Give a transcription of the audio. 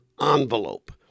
envelope